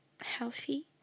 healthy